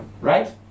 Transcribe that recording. right